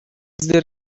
there